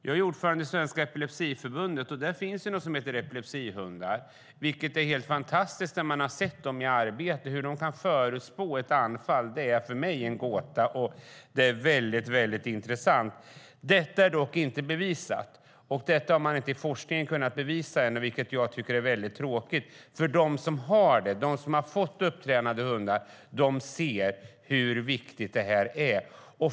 Jag är ordförande i Svenska Epilepsiförbundet. Där finns så kallade epilepsihundar. Det är helt fantastiskt att se dem i arbete. Hur de kan förutspå ett anfall är för mig en gåta. Forskningen har ännu inte kunnat bevisa hur det går till, vilket är tråkigt. De som fått upptränade hundar vet hur viktiga de är.